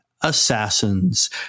assassins